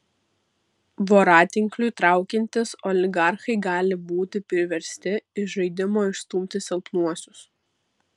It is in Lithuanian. voratinkliui traukiantis oligarchai gali būti priversti iš žaidimo išstumti silpnuosius